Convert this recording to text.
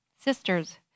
Sisters